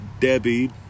Debbie